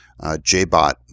JBot